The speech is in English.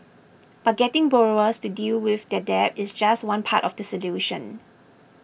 but getting borrowers to deal with their debt is just one part of the solution